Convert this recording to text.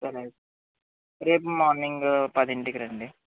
అలాగే రేపు మార్నింగ్ పదింటికి రండి